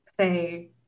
say